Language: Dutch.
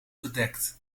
bedekt